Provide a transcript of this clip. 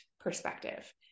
perspective